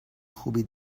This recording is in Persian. خوبی